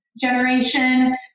generation